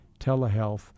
Telehealth